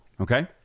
Okay